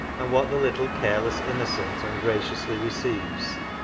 and what the little careless innocent ungraciously receives.